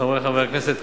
חברי חברי הכנסת,